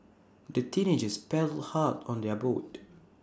the teenagers paddled hard on their boat